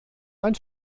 ein